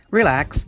relax